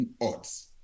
odds